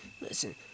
listen –